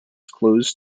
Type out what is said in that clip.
closed